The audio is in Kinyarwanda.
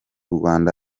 rwanda